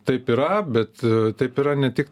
taip yra bet taip yra ne tik